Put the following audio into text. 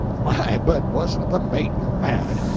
my, but wasn't the mate mad!